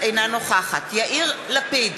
אינה נוכחת יאיר לפיד,